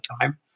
time